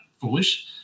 foolish